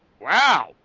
wow